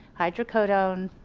hydrocodone,